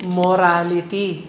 morality